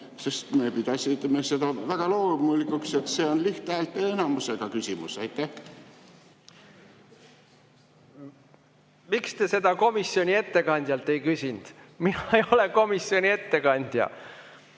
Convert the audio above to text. sest me pidasime väga loomulikuks, et see on lihthäälteenamusega küsimus. Miks te seda komisjoni ettekandjalt ei küsinud? Mina ei ole komisjoni ettekandja.